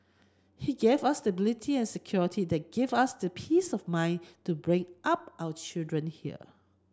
he gave us stability and security that give us the peace of mind to bring up our children here